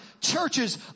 churches